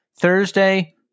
Thursday